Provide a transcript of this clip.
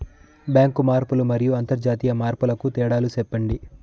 Bank మార్పులు మరియు అంతర్జాతీయ మార్పుల కు తేడాలు సెప్పండి?